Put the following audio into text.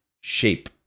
shape